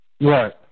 Right